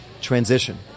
transition